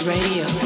Radio